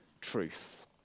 truth